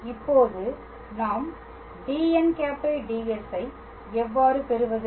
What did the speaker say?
இப்போது நாம் dn̂ ds ஐ எவ்வாறு பெறுவது